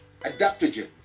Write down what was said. adaptogens